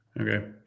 Okay